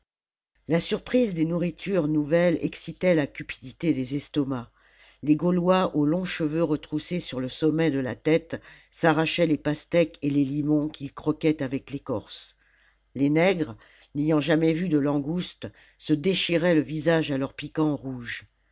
la surprise des nourritures nouvelles excitait la cupidité des estomacs les gaulois aux longs cheveux retroussés sur le sommet de la tête s'arrachaient les pastèques et les limons qu'ils croquaient avec l'écorce des nègres n'ayant jamais vu de langoustes se déchiraient le visage à leurs piquants rouges